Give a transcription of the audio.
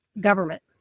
government